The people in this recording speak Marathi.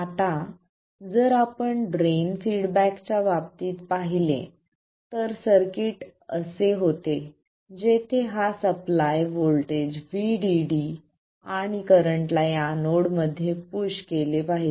आता जर आपण ड्रेन फीडबॅकच्या बाबतीत पाहिले तर सर्किट असे होते जेथे हा सप्लाय व्होल्टेज VDD आणि करंटला या नोडमध्ये पुश केले पाहिजे